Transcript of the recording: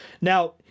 Now